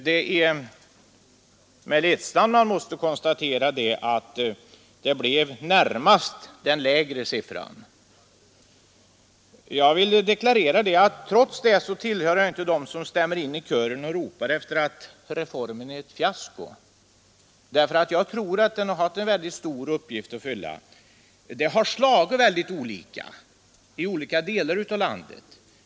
Det är med ledsnad man måste konstatera att det blev en siffra närmast det lägre talet. Jag vill deklarera att trots detta tillhör jag inte dem som stämmer in i kören och ropar att reformen är ett fiasko, för jag tror att den har haft en väldigt stor uppgift att fylla. Den har slagit mycket olika i olika delar av landet.